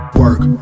work